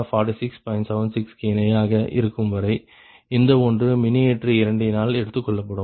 76 க்கு இணையாக இருக்கும்வரை இந்த ஒன்று மின்னியற்றி இரண்டினால் எடுத்துக்கொள்ளப்படும்